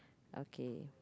okay